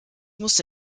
musste